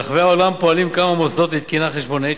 ברחבי העולם פועלים כמה מוסדות לתקינה חשבונאית,